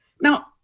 Now